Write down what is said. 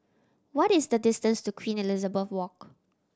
what is the distance to Queen Elizabeth Walk